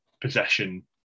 possession